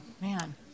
Man